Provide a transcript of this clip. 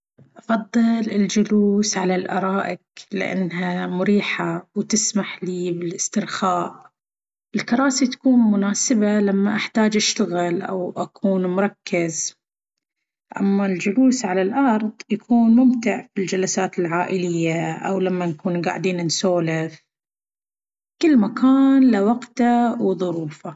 أفضل الجلوس على الأرائك لأنها مريحة وتسمح لي بالاسترخاء. الكراسي تكون مناسبة لما أحتاج أشتغل أو أكون مركز، أما الجلوس على الأرض يكون ممتع في الجلسات العائلية أو لما نكون قاعدين نسولف. كل مكان له وقته وظروفه.